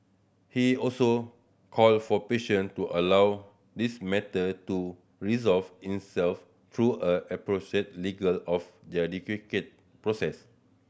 he also called for patience to allow this matter to resolve itself through a legal of their process